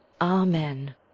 amen